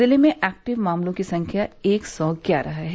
जिले में एक्टिव मामलों की संख्या एक सौ ग्यारह है